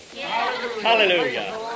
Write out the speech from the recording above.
Hallelujah